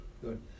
Good